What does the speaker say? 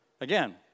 Again